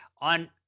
on